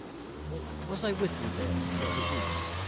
was i with you there for the goose?